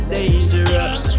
dangerous